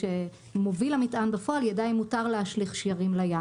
שמוביל המטען בפועל יידע אם מותר להשליך שיירים לים.